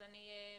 אז אני מסיימת,